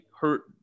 hurt